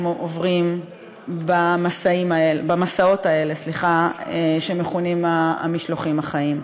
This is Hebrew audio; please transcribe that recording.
עוברים במסעות האלה שמכונים המשלוחים החיים.